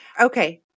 Okay